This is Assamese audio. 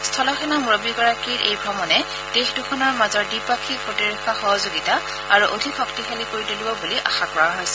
স্থলসেনা মুৰববীগৰাকীৰ এই ভ্ৰমণে দেশ দুখনৰ মাজৰ দ্বিপাক্ষিক প্ৰতিৰক্ষা সহযোগিতা আৰু অধিক শক্তিশালী কৰি তূলিব বুলি আশা কৰা হৈছে